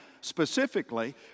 specifically